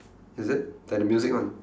is it like the music one